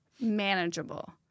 manageable